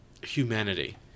humanity